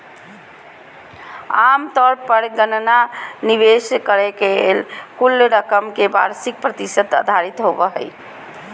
आमतौर पर गणना निवेश कइल गेल कुल रकम के वार्षिक प्रतिशत आधारित होबो हइ